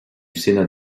sénat